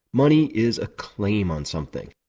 money is a claim on something.